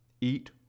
eat